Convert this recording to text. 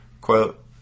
quote